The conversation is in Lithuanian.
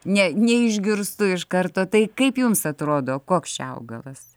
ne neišgirstu iš karto tai kaip jums atrodo koks čia augalas